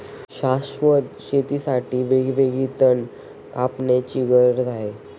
शाश्वत शेतीसाठी वेळोवेळी तण कापण्याची गरज आहे